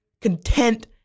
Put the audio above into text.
content